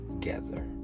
together